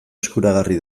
eskuragarri